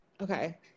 okay